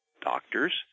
doctors